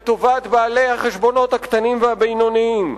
לטובת בעלי החשבונות הקטנים והבינוניים.